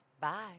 Bye